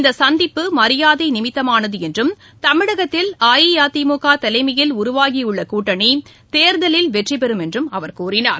இந்த சந்திப்பு மரியாதை நிமித்தமானது என்றும் தமிழகத்தில் அஇஅதிமுக தலைமையில் உருவாகியுள்ள கூட்டணி தேர்தலில் வெற்றி பெறும் என்றும் அவர் கூறினார்